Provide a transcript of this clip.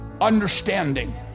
understanding